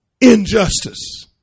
injustice